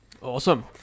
Awesome